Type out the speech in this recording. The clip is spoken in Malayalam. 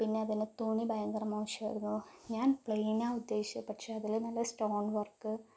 പിന്നെ അതിൻ്റെ തുണി ഭയങ്കര മോശമായിരുന്നു ഞാൻ പ്ലെയിനാ ഉദ്ദേശിച്ചേ പക്ഷെ അതില് നല്ല സ്റ്റോൺ വർക്ക്